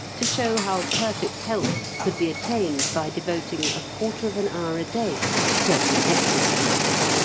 to show how perfect health could be attained by devoting a quarter of an hour a day to certain exercises.